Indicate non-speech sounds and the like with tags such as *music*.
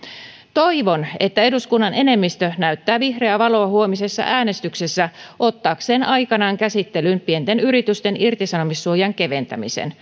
toivon että eduskunnan enemmistö näyttää vihreää valoa huomisessa äänestyksessä ottaakseen aikanaan käsittelyyn pienten yritysten irtisanomissuojan keventämisen *unintelligible*